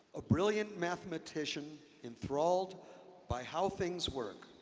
a brilliant mathematician enthralled by how things work